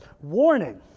warning